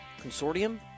Consortium